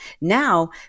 Now